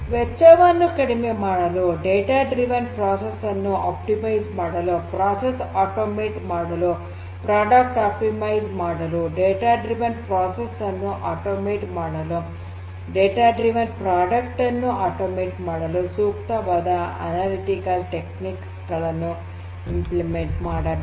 ವೆಚ್ಚವನ್ನು ಕಡಿಮೆ ಮಾಡಲು ಡೇಟಾ ಡ್ರಿವನ್ ಪ್ರೋಸೆಸ್ ಅನ್ನು ಆಪ್ಟಿಮೈಜ್ ಮಾಡಲು ಪ್ರೋಸೆಸ್ ಆಟೋಮೇಟ್ ಮಾಡಲು ಪ್ರಾಡಕ್ಟ್ ಆಪ್ಟಿಮೈಜ್ ಮಾಡಲು ಡೇಟಾ ಡ್ರಿವನ್ ಪ್ರೋಸೆಸ್ ಅನ್ನು ಅಟೋಮೇಟ್ ಮಾಡಲು ಡೇಟಾ ಡ್ರಿವನ್ ಪ್ರಾಡಕ್ಟ್ ಅನ್ನು ಅಟೋಮೇಟ್ ಮಾಡಲು ಸೂಕ್ತವಾದ ಅನಲಿಟಿಕಲ್ ಟೆಕ್ನಿಕ್ಸ್ ಗಳನ್ನು ಕಾರ್ಯಾಚರಣೆ ಮಾಡಬೇಕು